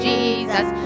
Jesus